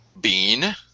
Bean